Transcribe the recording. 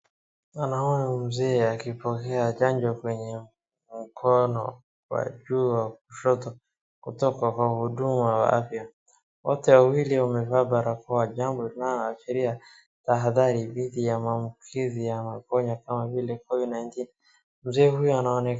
Naona mzee akipokea chanjo kwenye mkono wa juu wa kushoto kutoka kwa mhudumu wa afya. Wote wawili wamevaa barakoa jambo linaloashiria tahadhari dhidi ya maambukizi ya magonjwa kama vile Covid nineteen . Mzee huyu anaonekana.